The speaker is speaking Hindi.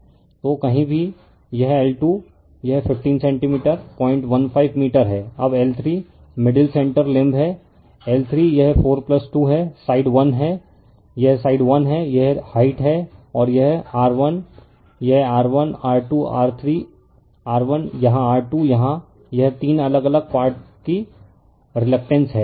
तो कहीं भी यह L2 यह 15 सेंटीमीटर 015 मीटर है अब L3 मिडिल सेन्टर लिंब है L3 यह 42 है साइड 1 है यह साइड 1 है यह हाइट है और यह R1 यह R1 R2 R3R1 यहाँ R2 यहाँ यह तीन अलग अलग पार्ट की रिलकटेंस है